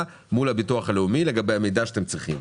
מול הביטוח הלאומי לגבי המידע שאתם צריכים.